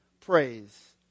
Praise